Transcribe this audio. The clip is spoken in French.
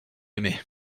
aimé